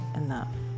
enough